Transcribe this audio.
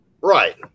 Right